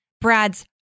Brad's